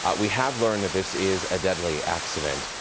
ah we have learned that this is a deadly accident.